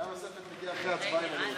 דעה נוספת מגיעה אחרי הצבעה, אם אני לא טועה.